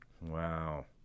Wow